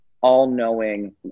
all-knowing